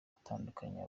atandukanye